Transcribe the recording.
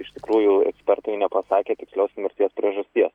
iš tikrųjų ekspertai nepasakė tikslios mirties priežasties